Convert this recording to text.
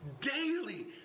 daily